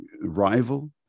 rival